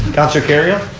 counsellor kerrio.